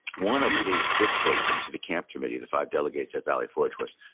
one of his dictates to the camp committee, the five delegates at valley forge, was,